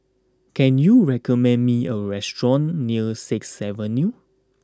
can you recommend me a restaurant near Sixth Avenue